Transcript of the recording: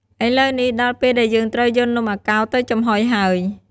ឥឡូវនេះ ដល់ពេលដែលយើងត្រូវយកនំអាកោរទៅចំហុយហើយ។